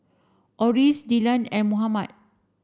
Orris Dillan and Mohammad